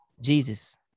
Jesus